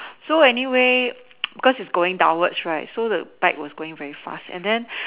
so anyway because it's going downwards right so the bike was going very fast and then